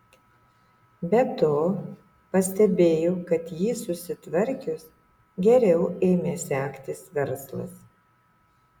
be to pastebėjau kad jį susitvarkius geriau ėmė sektis verslas